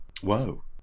Whoa